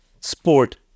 sport